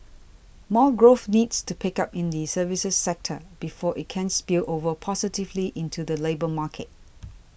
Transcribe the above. more growth needs to pick up in the services sector before it can spill over positively into the labour market